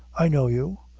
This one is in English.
i know you.